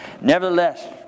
Nevertheless